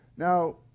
Now